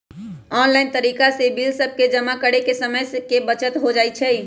online तरिका से bill सभके जमा करे से समय के बचत हो जाइ छइ